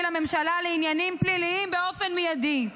לממשלה לעניינים פליליים באופן מיידי.